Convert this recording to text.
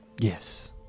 Yes